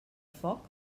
foc